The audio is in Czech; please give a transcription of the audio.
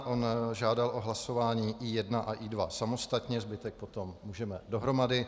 On žádal o hlasování I1 a I2 samostatně, zbytek potom můžeme dohromady.